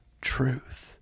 truth